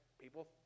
people